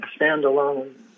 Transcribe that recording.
standalone